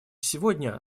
сегодня